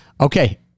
Okay